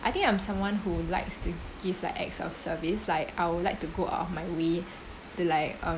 I think I am someone who likes to give like acts of service like I would like to go out of my way to like